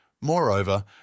Moreover